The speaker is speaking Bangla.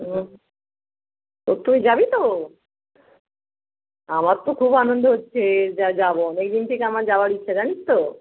হুম তো তুই যাবি তো আমার তো খুব আনন্দ হচ্ছে যা যাবো অনেক দিন থেকে আমার যাওয়ার ইচ্ছা জানিস তো